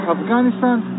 Afghanistan